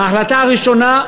ההחלטה הראשונה,